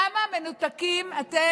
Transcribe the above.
וכך צריך להיות במדינה שחוגגת את יום